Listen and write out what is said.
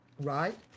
right